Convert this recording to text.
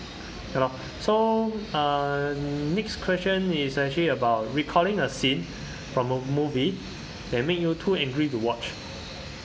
ya lor so uh next question is actually about recalling a scene from a movie that made you too angry to watch